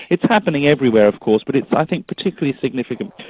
it's happening everywhere of course but it's i think particularly significant.